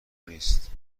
نیست